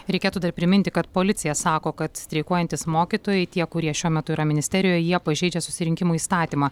reikėtų dar priminti kad policija sako kad streikuojantys mokytojai tie kurie šiuo metu yra ministerijoje jie pažeidžia susirinkimų įstatymą